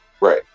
Right